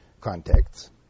contacts